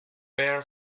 bare